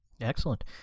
Excellent